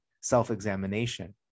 self-examination